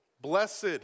blessed